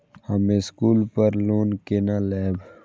हम स्कूल पर लोन केना लैब?